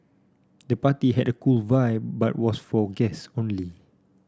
the party had a cool vibe but was for guests only